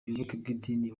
idini